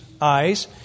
eyes